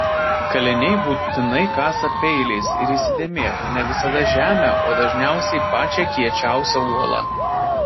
kaliniai būtinai kasa peiliais ir įsidėmėk ne visada žemę o dažniausiai pačią kiečiausią uolą